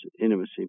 intimacy